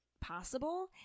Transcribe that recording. possible